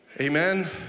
Amen